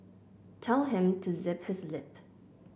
tell him to zip his lip